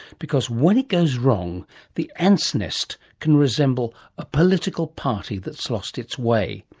because when it goes wrong the ants' nest can resemble a political party that's lost its way.